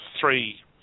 three